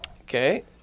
Okay